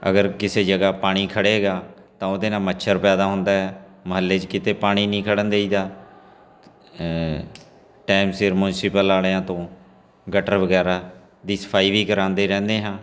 ਅਗਰ ਕਿਸੇ ਜਗ੍ਹਾ ਪਾਣੀ ਖੜੇਗਾ ਤਾਂ ਉਹਦੇ ਨਾਲ ਮੱਛਰ ਪੈਦਾ ਹੁੰਦਾ ਹੈ ਮੁਹੱਲੇ 'ਚ ਕਿਤੇ ਪਾਣੀ ਨਹੀਂ ਖੜਨ ਦੇਈ ਦਾ ਟਾਇਮ ਸਿਰ ਮਿਉਂਸੀਪਲ ਵਾਲਿਆਂ ਤੋਂ ਗਟਰ ਵਗੈਰਾ ਦੀ ਸਫਾਈ ਵੀ ਕਰਾਉਂਦੇ ਰਹਿੰਦੇ ਹਾਂ